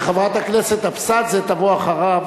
וחברת הכנסת אבסדזה תבוא אחריו,